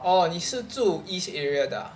oh 你是住 east area 的 ah